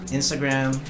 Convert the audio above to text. Instagram